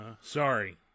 Sorry